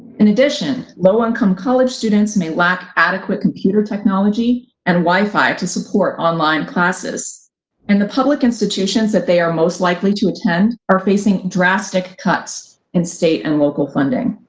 in addition, low-income college students may lack adequate computer technology and wifi to support online classes and the public institutions that they are most likely to attend are facing drastic cuts in state and local funding.